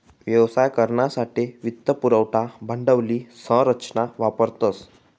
व्यवसाय करानासाठे वित्त पुरवठा भांडवली संरचना वापरतस